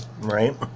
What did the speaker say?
right